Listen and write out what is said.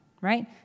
Right